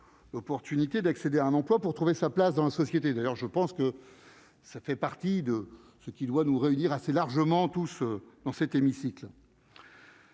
opportunité d'accéder à un emploi pour trouver sa place dans la société, d'ailleurs je pense que ça fait partie de ce qui doit nous réunir assez largement tous dans cet hémicycle.